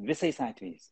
visais atvejais